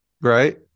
right